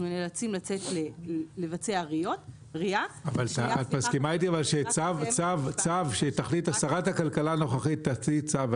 אנחנו נאלצים לבצע RIA. אם שרת הכלכלה הנוכחית תוציא צו,